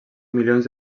milions